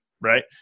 right